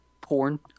porn